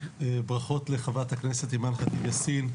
ברכות לחברת הכנסת אימאן ח'טיב יאסין,